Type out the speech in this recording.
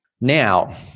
Now